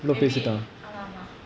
may be ஆமாமா:amaamaa